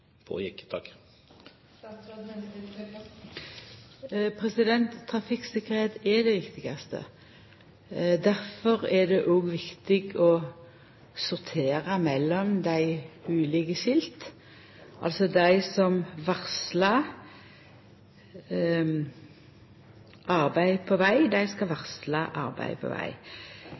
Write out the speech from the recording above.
viktigaste. Difor er det òg viktig å sortera mellom dei ulike skilta, slik at dei som varslar arbeid på veg, altså skal varsla arbeid på veg.